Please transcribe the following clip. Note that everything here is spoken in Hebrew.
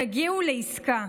תגיעו לעסקה.